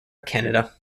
canada